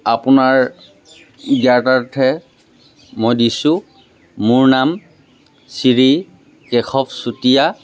আপোনাৰ জ্ঞাতাৰ্থে মই দিছোঁ মোৰ নাম শ্ৰী কেশৱ চুতীয়া